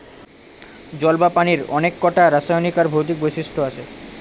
জল বা পানির অনেককটা রাসায়নিক আর ভৌতিক বৈশিষ্ট্য আছে